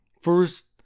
first